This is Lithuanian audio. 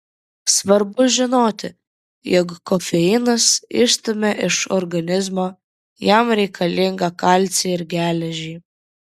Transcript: svarbu žinoti jog kofeinas išstumia iš organizmo jam reikalingą kalcį ir geležį